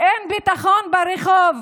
אין ביטחון ברחוב,